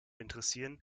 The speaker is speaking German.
interessieren